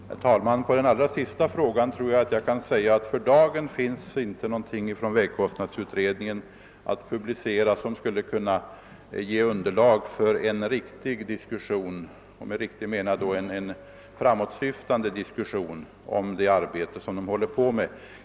Herr talman! Som svar på herr Gustafsons i Göteborg senaste fråga tror jag mig kunna säga att det för dagen inte finns något att publicera från vägkostnadsutredningens arbete som skulle kunna ge underlag för en riktig — och med det menar jag då en framåtsyftande — diskussion om det arbete som utredningen håller på med.